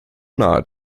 nahe